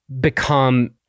become